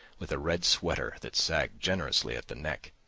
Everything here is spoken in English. with a red sweater that sagged generously at the neck,